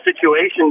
situations